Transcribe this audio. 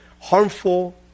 harmful